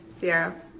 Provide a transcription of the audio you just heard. Sierra